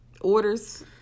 orders